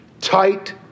tight